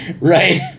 Right